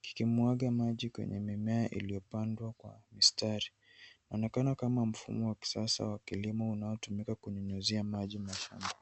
kikimwaga maji kwenye mimea iliyopandwa kwa mistari. Inaonekana kama mfumo wa kisasa wa kilimo unaotumika kunyunyuzia maji mashambani.